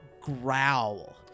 growl